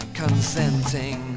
consenting